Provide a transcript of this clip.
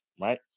right